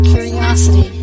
Curiosity